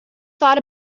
thought